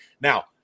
Now